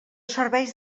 serveix